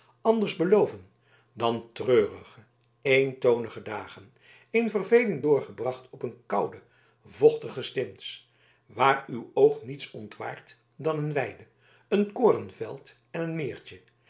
anders beloven dan treurige eentonige dagen in verveling doorgebracht op een koude vochtige stins waar uw oog niets ontwaart dan een weide een korenveld en een meertje